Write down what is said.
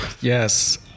Yes